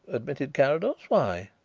admitted carrados. why?